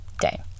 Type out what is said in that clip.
day